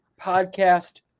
Podcast